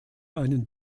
einen